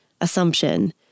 assumption